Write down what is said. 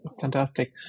Fantastic